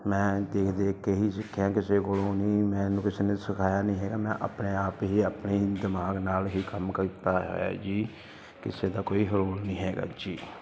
ਮੈਂ ਦੇਖ ਦੇਖ ਕੇ ਹੀ ਸਿੱਖਿਆ ਕਿਸੇ ਕੋਲੋਂ ਨਹੀਂ ਮੈਨੂੰ ਕਿਸੇ ਨੇ ਸਿਖਾਇਆ ਨਹੀਂ ਹੈਗਾ ਮੈਂ ਆਪਣੇ ਆਪ ਹੀ ਆਪਣੇ ਦਿਮਾਗ ਨਾਲ ਹੀ ਕੰਮ ਕੀਤਾ ਹੈ ਜੀ ਕਿਸੇ ਦਾ ਕੋਈ ਰੋਲ ਨਹੀਂ ਹੈਗਾ ਜੀ